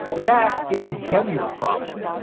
that is a gettier problem.